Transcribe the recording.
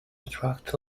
attract